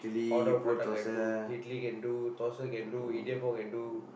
hot dog prata can do idli can do thosai can do idiappam can do